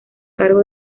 cargo